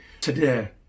today